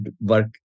work